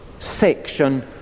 section